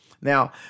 Now